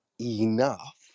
enough